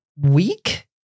Week